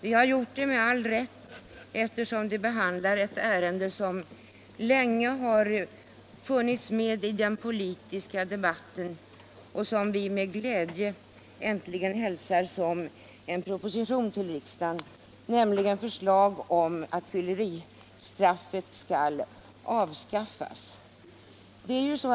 Vi har med all rätt haft de många debatterna eftersom detta är ett ärende som länge har funnits med i den politiska debatten och som vi med glädje äntligen hälsar som en proposition till riksdagen, nämligen förslag om att fylleristraffet skall avskaffas.